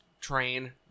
train